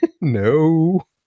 No